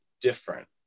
different